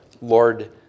Lord